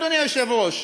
אדוני היושב-ראש.